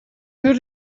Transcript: who